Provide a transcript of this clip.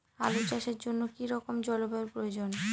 আলু চাষের জন্য কি রকম জলবায়ুর প্রয়োজন?